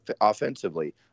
offensively